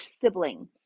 sibling